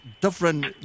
different